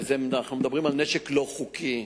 ואנחנו מדברים על נשק לא חוקי,